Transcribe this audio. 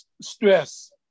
stress